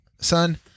son